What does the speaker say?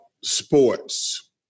sports